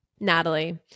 Natalie